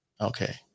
Okay